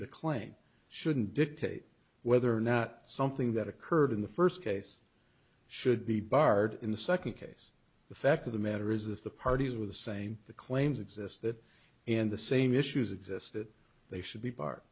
the claim shouldn't dictate whether or not something that occurred in the first case should be barred in the second case the fact of the matter is that the parties are the same the claims exist that in the same issues exist that they should be part